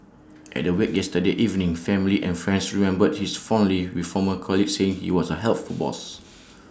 at the wake yesterday evening family and friends remembered his fondly with former colleagues saying he was A helpful boss